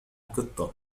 قطة